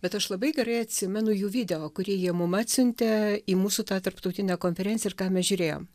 bet aš labai gerai atsimenu jų video kurį jie mum atsiuntė į mūsų tą tarptautinę konferenciją ir ką mes žiūrėjom